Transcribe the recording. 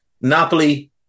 Napoli